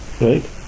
right